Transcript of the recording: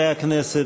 חברי הכנסת,